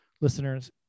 listeners